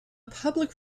public